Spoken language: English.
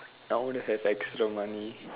I want to have extra money